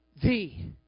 thee